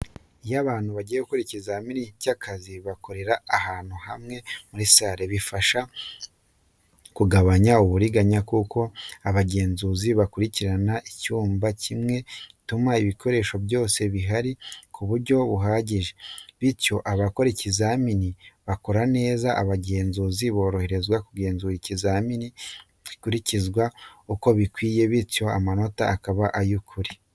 Iyo abantu bagiye gukora ibizamini by’akazi bakorera ahantu hamwe muri sale, bifasha kugabanya uburiganya kuko abagenzura babakurikirana neza. Icyumba kimwe gituma ibikoresho byose bihari ku buryo buhagije, bityo abakora ikizamini bakora neza. Abagenzura baroroherezwa kugenzura ko ikizamini gikurikizwa uko bikwiriye, bityo amanota akaba ay’ukuri.